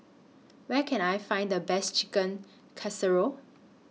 Where Can I Find The Best Chicken Casserole